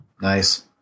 Nice